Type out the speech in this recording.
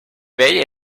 vell